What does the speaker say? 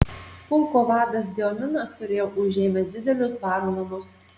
pulko vadas diominas turėjo užėmęs didelius dvaro namus